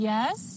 Yes